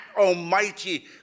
almighty